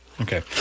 Okay